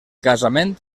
casament